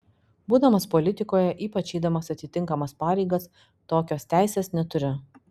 būdamas politikoje ypač eidamas atitinkamas pareigas tokios teisės neturi